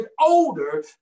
older